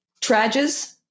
Trages